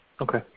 okay